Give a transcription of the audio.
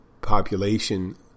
population